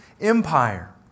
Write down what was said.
empire